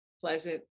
pleasant